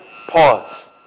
Pause